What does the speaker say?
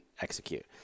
execute